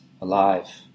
alive